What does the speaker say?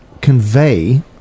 convey